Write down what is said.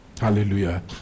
Hallelujah